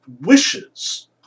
wishes